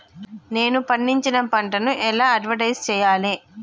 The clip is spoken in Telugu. నేను పండించిన పంటను ఎలా అడ్వటైస్ చెయ్యాలే?